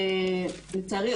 לצערי,